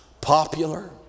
popular